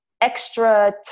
extra